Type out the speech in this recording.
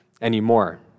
anymore